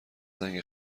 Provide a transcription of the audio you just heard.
زنگ